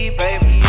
baby